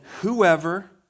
whoever